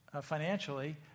financially